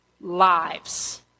lives